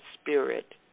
spirit